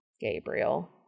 Gabriel